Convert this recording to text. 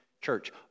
church